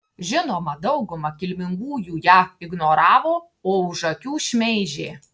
žinoma dauguma kilmingųjų ją ignoravo o už akių šmeižė